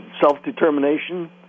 self-determination